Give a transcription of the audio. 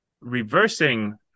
reversing